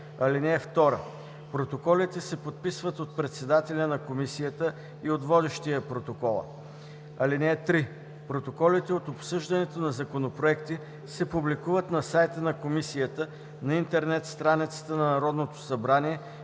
(2) Протоколите се подписват от председателя на комисията и от водещия протокола. (3) Протоколите от обсъждането на законопроекти се публикуват на сайта на комисията на интернет страницата на Народното събрание